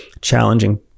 challenging